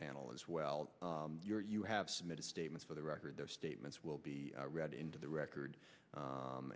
panel as well you have submitted statements for the record their statements will be read into the record